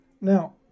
Now